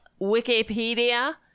Wikipedia